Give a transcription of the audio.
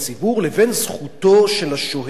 לבין זכותו של השוהה הזה,